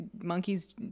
monkeys